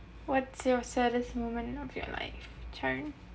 what's your saddest moment of your life charen